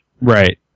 Right